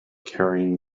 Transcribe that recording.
carrying